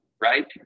right